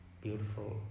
beautiful